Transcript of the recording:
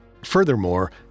Furthermore